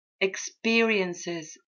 experiences